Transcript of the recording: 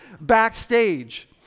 backstage